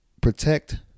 Protect